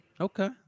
Okay